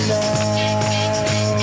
now